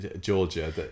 Georgia